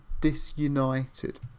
Disunited